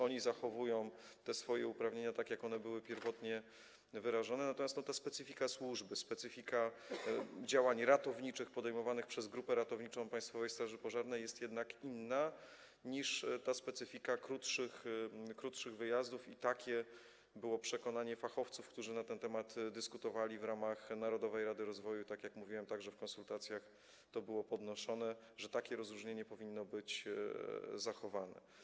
Oni zachowują swoje uprawnienia tak, jak one były pierwotnie wyrażone, natomiast specyfika służby, specyfika działań ratowniczych podejmowanych przez grupę ratowniczą Państwowej Straży Pożarnej jest jednak inna niż specyfika krótszych wyjazdów i takie było przekonanie fachowców, którzy na ten temat dyskutowali w ramach Narodowej Rady Rozwoju, i tak jak mówiłem, także w trakcie konsultacji to było podnoszone, że takie rozróżnienie powinno być zachowane.